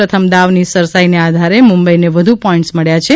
પ્રથમ દાવની સરસાઇને આધારે મુંબઇને વધુ પોઇન્ટસ મળ્યા છે